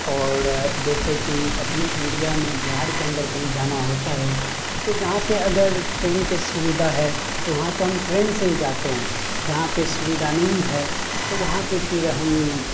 اور جیسے کہ اپنے ایریا میں بہاڑ کے اندر کہیں جانا ہوتا ہے تو جہاں پہ اگر ٹرین کے سویدھا ہے تو وہاں تو ہم ٹرین سے ہی جاتے ہیں جہاں پہ سویدھا نہیں ہے تو وہاں پہ پھر ہم